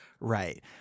Right